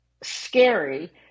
scary